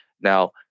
Now